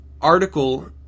article